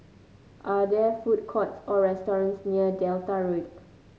are there food courts or restaurants near Delta Road